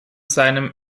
seinem